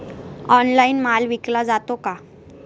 Online माल विकला जातो का?